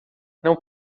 não